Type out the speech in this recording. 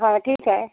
हं ठीक आहे